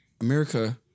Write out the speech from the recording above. America